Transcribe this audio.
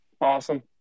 Awesome